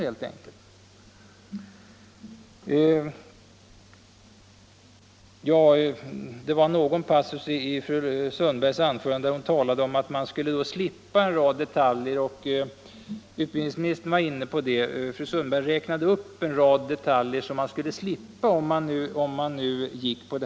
Sedan räknade fru Sundberg upp en rad detaljer som man skulle slippa om vi tillämpade den provmodell som moderaterna lanserar — men som de inte har närmare preciserat.